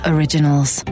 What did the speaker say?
Originals